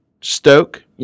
Stoke